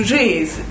raise